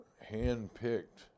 hand-picked